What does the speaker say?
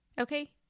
okay